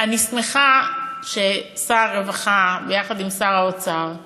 אני שמחה ששר הרווחה יחד עם שר האוצר החליטו,